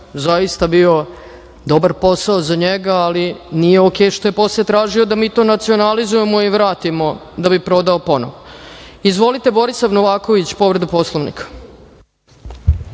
zaista bio dobar posao za njega, ali nije okej što je posle tražio da mi to nacionalizujemo i vratimo da bi prodao ponovo. Reč ima Borislav Novaković, povreda Poslovnika.